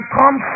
come